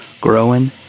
growing